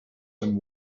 and